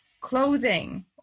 clothing